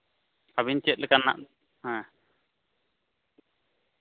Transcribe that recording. ᱟᱹᱵᱤᱱ ᱪᱮᱫ ᱞᱮᱠᱟᱱᱟᱜ ᱦᱮᱸ